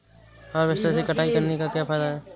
Harvester से कटाई करने से क्या फायदा है?